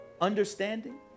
understanding